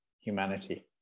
humanity